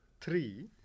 three